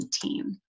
team